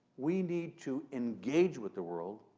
we need to engage with the world,